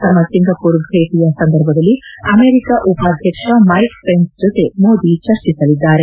ತಮ್ನ ಸಿಂಗಾಪುರ ಭೇಟಿಯ ಸಂದರ್ಭದಲ್ಲಿ ಅಮೆರಿಕ ಉಪಾಧ್ಯಕ್ಷ ಮೈಕ್ ಪೆನ್ಸ್ ಜತೆ ಮೋದಿ ಚರ್ಚಿಸಲಿದ್ದಾರೆ